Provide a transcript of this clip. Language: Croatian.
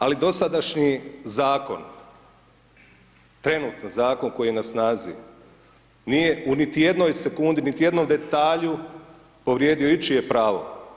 Ali, dosadašnji zakon, trenutni zakon koji je na snazi, nije niti u jednoj sekundi, niti u jednom detalju, povrijedio ičije pravo.